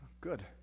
Good